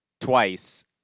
twice